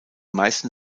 meisten